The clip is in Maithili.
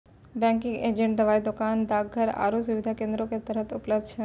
बैंकिंग एजेंट दबाइ दोकान, डाकघर आरु सुविधा केन्द्रो के तरह उपलब्ध छै